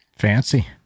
Fancy